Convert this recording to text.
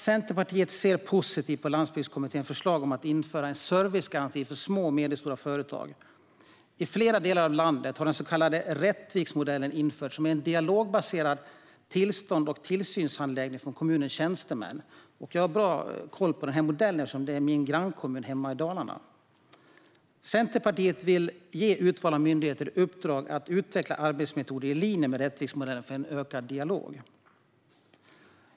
Centerpartiet ser positivt på Landsbygdskommitténs förslag att införa en servicegaranti för små och medelstora företag. I flera delar av landet har den så kallade Rättviksmodellen införts. Det är en dialogbaserad tillstånds och tillsynshandläggning av kommunens tjänstemän. Jag har koll på denna modell eftersom Rättvik är min grannkommun hemma i Dalarna. Centerpartiet vill ge utvalda myndigheter i uppdrag att utveckla arbetsmetoder i linje med Rättviksmodellen för ökad dialog.